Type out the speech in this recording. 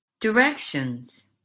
Directions